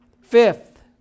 Fifth